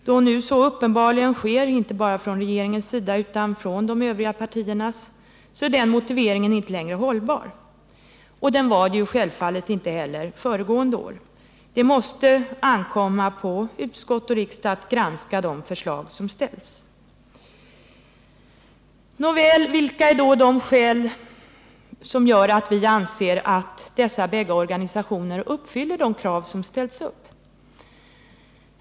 Då nu så uppenbarligen sker, inte bara från regeringens sida utan också från de övriga partiernas, är den motiveringen inte längre hållbar. Och den var det ju självfallet inte heller föregående år. Det måste ankomma på utskott och riksdag att granska de förslag som ställs. Nåväl, vilka är då skälen till att vi anser att dessa organisationer uppfyller de krav som ställts?